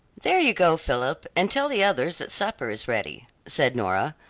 there, you go, philip, and tell the others that supper is ready, said nora,